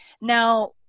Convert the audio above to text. Now